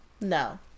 no